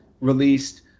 released